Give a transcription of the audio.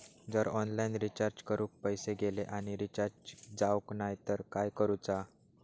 जर online recharge करून पैसे गेले आणि रिचार्ज जावक नाय तर काय करूचा?